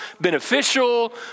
Beneficial